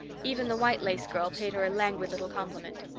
even the white-lace girl paid her a languid little compliment.